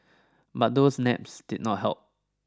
but those naps did not help